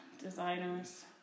designers